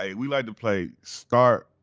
ah we like to play start,